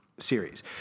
series